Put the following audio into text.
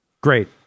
Great